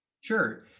Sure